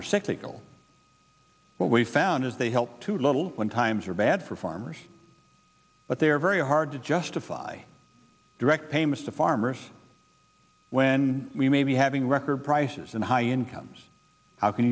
er cyclical what we found is they help too little when times are bad for farmers but they are very hard to justify direct payments to farmers when we may be having record prices and high incomes how can